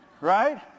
Right